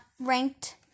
ranked